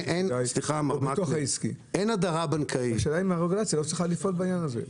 השאלה אם הרגולציה לא צריכה לפעול בעניין הזה.